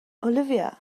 olivia